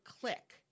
click